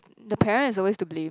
the parents is always to blame